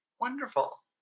Wonderful